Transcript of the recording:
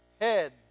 Head